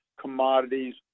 commodities